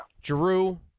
Drew